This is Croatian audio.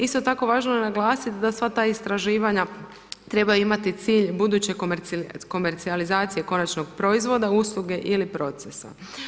Isto tako važno je naglasiti da sva ta istraživanja trebaju imati cilj buduće komercijalizacije konačnog proizvoda, usluge ili procesa.